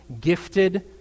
gifted